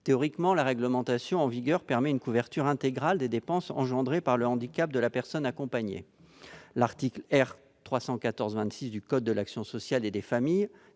Théoriquement, la réglementation en vigueur permet une couverture intégrale des dépenses engendrées par le handicap de la personne accompagnée. L'article R. 314-26 du code de l'action sociale et des familles